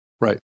Right